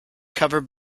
covered